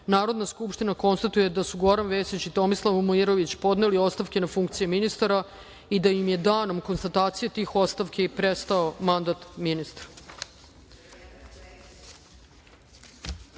Narodna skupština konstatuje da su Goran Vesić i Tomislav Momirović podneli ostavke na funkcije ministara i da nam je danom konstatacije tih ostavki i prestao mandat ministra. Shodno